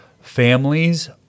families